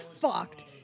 fucked